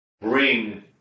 bring